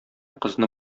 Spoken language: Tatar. кызны